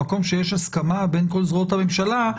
במקום שבו יש הסכמה בין כל זרועות הממשלה,